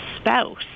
spouse